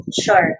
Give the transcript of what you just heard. Sure